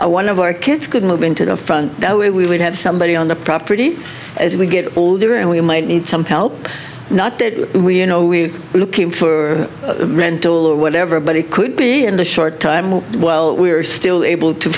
one of our kids could move into the front row if we would have somebody on the property as we get older and we might need some help not that we you know we were looking for rental or whatever but it could be in the short time while we are still able to